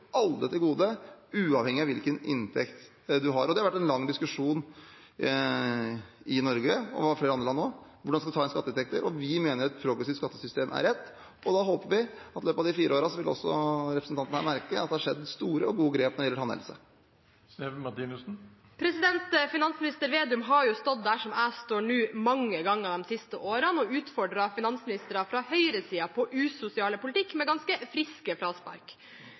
har vært en lang diskusjon i Norge, og også i flere andre land, hvordan man skal ta inn skatteinntekter. Vi mener et progressivt skattesystem er rett, og da håper vi at også representantene her vil merke at det skjer store og gode grep når det gjelder tannhelse, i løpet av disse fire årene. Marie Sneve Martinussen – til oppfølgingsspørsmål. Finansminister Slagsvold Vedum har jo stått her jeg står nå, mange ganger de siste årene og utfordret finansministre fra høyresiden på usosial politikk – med ganske friske fraspark.